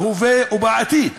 בהווה ובעתיד,